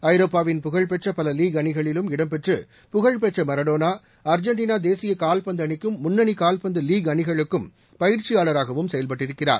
ஐரோப்பாவில் புகழ்பெற்ற பல லீக் அணிகளிலும் இடம்பெற்று புகழ்பெற்ற மரடோனா அர்ஜென்டினா தேசிய கால்பந்து அணிக்கும் முன்னணி கால்பந்து லீக் அணிகளுக்கும் பயிற்சியாளராகவும் செயல்பட்டிருக்கிறார்